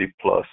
plus